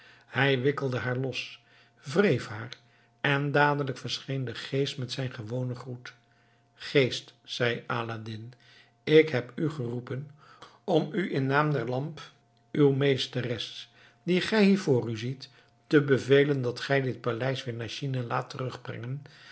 hij wikkelde haar los wreef haar en dadelijk verscheen de geest met zijn gewonen groet geest zei aladdin ik heb u geroepen om u in naam der lamp uw meesteres die gij hier voor u ziet te bevelen dat gij dit paleis weer naar china laat terugbrengen